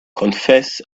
confess